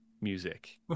music